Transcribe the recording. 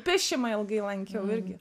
piešimą ilgai lankiau irgi